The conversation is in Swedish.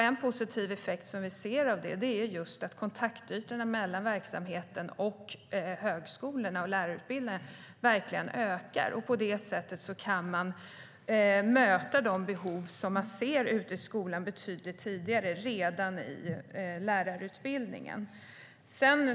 En positiv effekt som vi ser av det är just att kontaktytorna mellan verksamheten, högskolorna och lärarutbildningarna verkligen ökar. På det sättet kan man möta de behov som man ser ute i skolan betydligt tidigare - redan i lärarutbildningen.